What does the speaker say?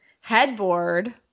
headboard